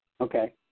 okay